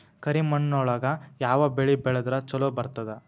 ಕರಿಮಣ್ಣೊಳಗ ಯಾವ ಬೆಳಿ ಬೆಳದ್ರ ಛಲೋ ಬರ್ತದ?